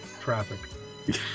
traffic